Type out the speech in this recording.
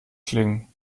klingen